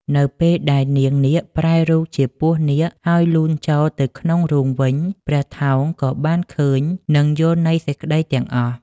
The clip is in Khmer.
នៅពេលដែលនាងនាគប្រែរូបជាពស់នាគ ហើយលូនចូលទៅក្នុងរូងវិញ ព្រះថោងក៏បានឃើញនិងយល់ន័យសេចក្តីទាំងអស់។